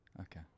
Okay